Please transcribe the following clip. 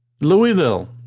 Louisville